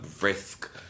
risk